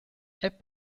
app